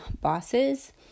bosses